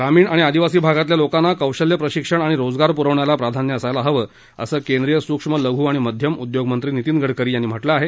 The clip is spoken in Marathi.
ग्रामीण आणि आदिवासी भागातल्या लोकांना कौशल्य प्रशिक्षण आणि रोजगार पुरवण्याला प्राधान्य असायला हवं असं केंद्रीय सूक्ष्म लघु आणि माध्यम उद्योग मंत्री नितिन गडकरी यांनी म्हटलं आहे